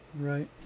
Right